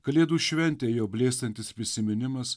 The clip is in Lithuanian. kalėdų šventė jau blėstantis prisiminimas